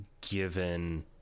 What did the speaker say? given